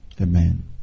Amen